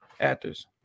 Actors